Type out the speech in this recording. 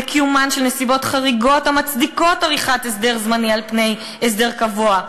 לקיומן של נסיבות חריגות המצדיקות עריכת הסדר זמני על פני הסדר קבוע.